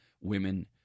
women